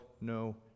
no